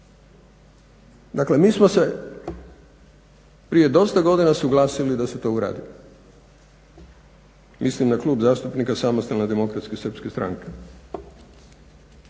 Dakle, mi smo se prije dosta godina suglasili da se to uradi. Mislim na Klub zastupnika SDSS-a. I suglasni smo da se